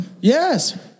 Yes